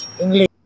English